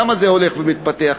למה זה הולך ומתפתח,